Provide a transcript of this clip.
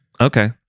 Okay